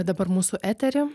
dabar mūsų eterį